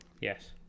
yes